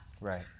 Right